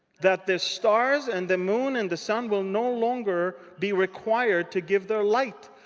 that the stars, and the moon, and the sun will no longer be required to give their light?